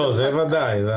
בוודאי.